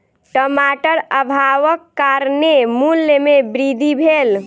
टमाटर अभावक कारणेँ मूल्य में वृद्धि भेल